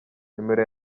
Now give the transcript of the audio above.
numero